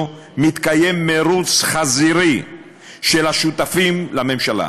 מתקיים מירוץ חזירי של השותפים לממשלה,